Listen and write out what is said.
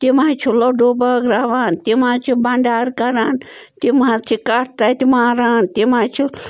تِم حظ چھِ لُڈوٗ بٲگٕراوان تِم حظ چھِ بَنٛڈار کران تِم حظ چھِ کَٹھ تَتہِ ماران تِم حظ چھِ